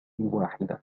واحدة